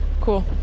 cool